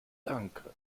danke